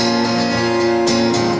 and